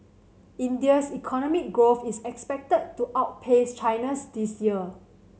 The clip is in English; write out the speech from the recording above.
India's economic growth is expected to outpace China's this year